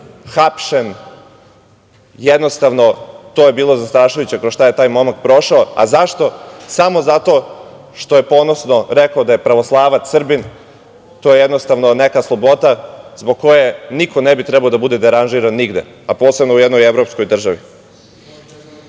hapšen, jednostavno to je bilo zastrašujuće kroz šta je taj momak prošao. Zašto? Samo zato što je ponosno rekao da je pravoslavac, Srbin. To je jednostavno neka sloboda zbog koje niko ne bi trebalo da bude deranžiran nigde, a posebno u jednoj evropskoj državi.